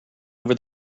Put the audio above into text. over